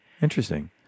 Interesting